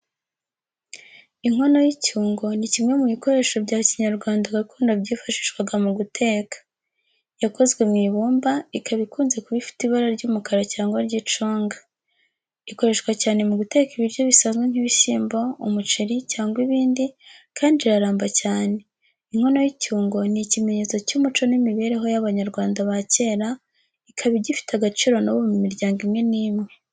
Inkono y'icyungo ni kimwe mu bikoresho bya kinyarwanda gakondo byifashishwaga mu guteka. Yakozwe mu ibumba, ikaba ikunze kuba ifite ibara ry’umukara cyangwa ry’icunga. Ikoreshwa cyane mu guteka ibiryo bisanzwe nk’ibishyimbo, umuceri cyangwa ibindi, kandi iraramba cyane. Inkono y’icyungo ni ikimenyetso cy’umuco n’imibereho y’Abanyarwanda ba kera, ikaba igifite agaciro n’ubu mu miryango imwe n’imwe.